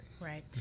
Right